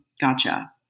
Gotcha